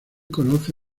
conoce